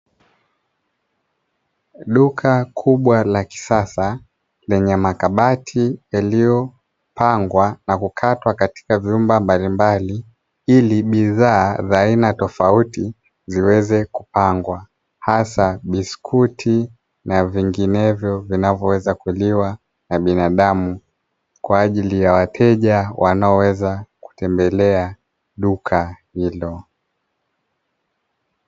Duka kubwa la kisasa lenye makabati yaliyopangwa na kukatwa katika vyumba mbalimbali ili bidhaa za aina tofauti ziweze kupangwa, hasa biskuti na vinginevyo vinavyoweza kuliwa na binadamu, kwaajili ya wateja wanaoweza kutembelea duka hilo.